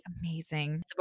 Amazing